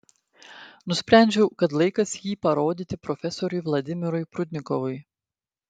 nusprendžiau kad laikas jį parodyti profesoriui vladimirui prudnikovui